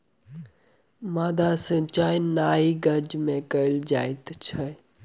माद्दा सिचाई नाइ गज में कयल जाइत अछि